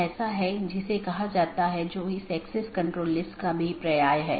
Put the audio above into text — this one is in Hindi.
3 अधिसूचना तब होती है जब किसी त्रुटि का पता चलता है